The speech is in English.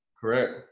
Correct